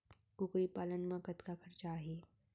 कुकरी पालन म कतका खरचा आही?